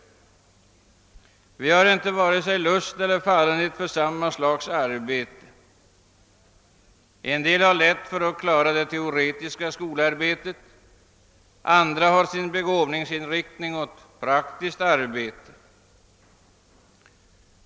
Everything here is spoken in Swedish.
Vi har inte vare sig lust eller fallenhet för samma slags arbete. En del har lätt för att klara det teoretiska skolarbetet. Andra har sin begåvningsinriktning åt praktiskt arbete.